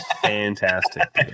Fantastic